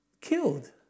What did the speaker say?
Killed